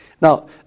Now